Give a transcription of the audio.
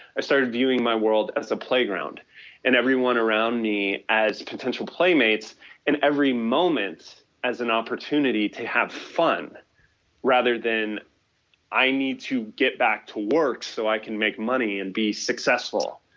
i started viewing my world as a playground and everyone around me as potential playmates and every moment as an opportunity to have fun rather than i need to get back to work so i can make money and be successful.